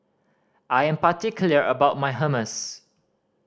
I am particular about my Hummus